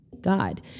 God